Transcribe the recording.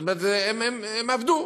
זאת אומרת, הם עבדו.